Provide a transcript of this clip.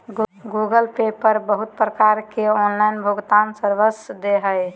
Google Pay पर बहुत प्रकार के ऑनलाइन भुगतान सर्विस दे हय